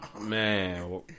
Man